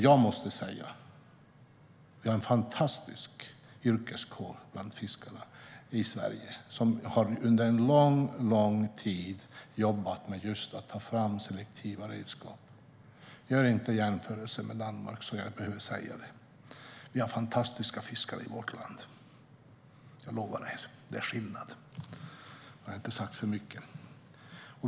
Jag måste säga att fiskarna i Sverige är en fantastisk yrkeskår som under en lång, lång tid har jobbat just med att ta fram selektiva redskap. Gör inte jämförelser med Danmark, så behöver jag inte säga det! Vi har fantastiska fiskare i vårt land - jag lovar er, det är skillnad. Då har jag inte sagt för mycket.